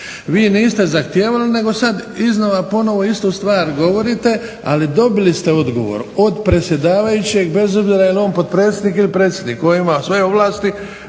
Vi niste zahtijevali, nego sad iznova ponovno istu stvar govorite. Ali dobili ste odgovor od predsjedavajućeg bez obzira je li on potpredsjednik ili predsjednik koji ima sve ovlasti